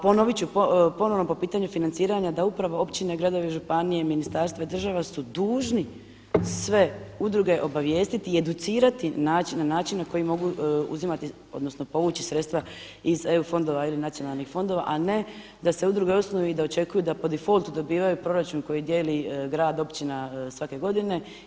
Ponovit ću ponovo po pitanju financiranja da upravo općine, gradovi i županije, ministarstva i država su dužni sve udruge obavijestiti i educirati način na koji mogu uzimati odnosno povući sredstva iz eu fondova ili nacionalnih fondova, a ne da se udruge osnuju i da očekuju da po difoltu dobivaju proračun koji dijeli grad, općina svake godine.